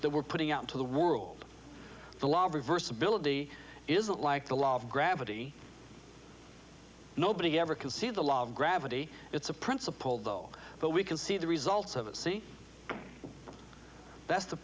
that we're putting out to the world the law of reversibility isn't like the law of gravity nobody ever can see the law of gravity it's a principle though but we can see the results of it see that's the